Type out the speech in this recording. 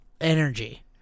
energy